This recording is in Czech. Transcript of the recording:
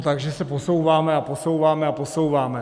Takže se posouváme a posouváme a posouváme.